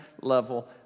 level